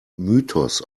mythos